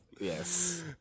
Yes